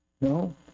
No